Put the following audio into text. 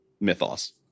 mythos